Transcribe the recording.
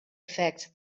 effects